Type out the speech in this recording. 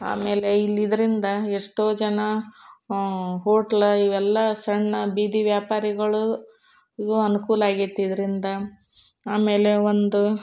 ಆಮೇಲೆ ಇಲ್ಲಿ ಇದರಿಂದ ಎಷ್ಟೋ ಜನ ಹೋಟ್ಲ ಇವೆಲ್ಲ ಸಣ್ಣ ಬೀದಿ ವ್ಯಾಪಾರಿಗಳು ಇದು ಅನುಕೂಲ ಆಗ್ಯೈತಿ ಇದರಿಂದ ಆಮೇಲೆ ಒಂದು